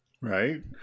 Right